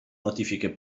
notifiche